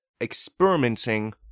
experimenting